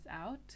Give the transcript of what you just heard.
out